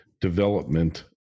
development